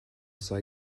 sei